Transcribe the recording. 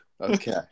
Okay